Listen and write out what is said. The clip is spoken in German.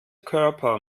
körper